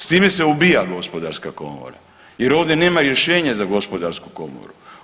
S time se ubija Gospodarska komora jer ovdje nema rješenje za Gospodarsku komoru.